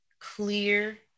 clear